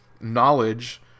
knowledge